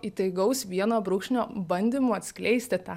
įtaigaus vieno brūkšnio bandymų atskleisti tą